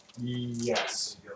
Yes